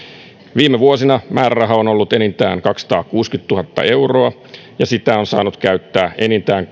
viime vuosina määräraha on ollut enintään kaksisataakuusikymmentätuhatta euroa ja sitä on saanut käyttää enintään